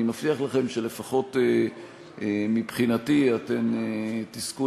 אני מבטיח לכן שלפחות מבחינתי אתן תזכו